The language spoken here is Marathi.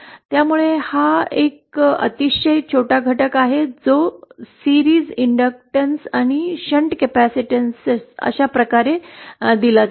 त्यामुळे हा एक अतिशय छोटा घटक आहे जो सीरीज इंडक्टेंस आणि शिंट कपेसिटेंस अशा प्रकारे दिला जातो